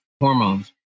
hormones